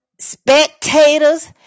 spectators